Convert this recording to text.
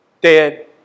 dead